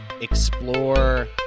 explore